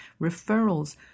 referrals